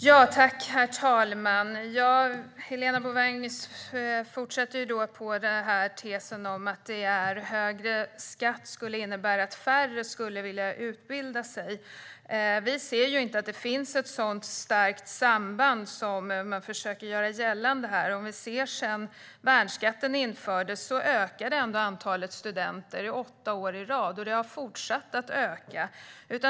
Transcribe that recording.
Herr talman! Helena Bouveng fortsätter med tesen att högre skatt innebär att färre vill utbilda sig. Vi ser inte att det finns ett så starkt samband som hon försöker göra gällande. Efter att värnskatten infördes ökade antalet studenter åtta år i rad, och det har fortsatt att öka.